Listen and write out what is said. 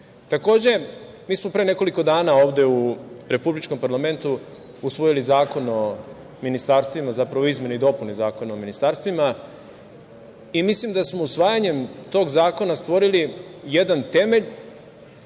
Srbije. Takođe, mi smo pre nekoliko dana ovde u republičkom parlamentu usvojili Zakon o ministarstvima, zapravo, izmene i dopune Zakona o ministarstvima i mislim da smo usvajanjem tog zakona stvorili jedan temelj